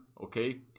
okay